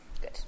Good